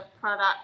product